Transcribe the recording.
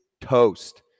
toast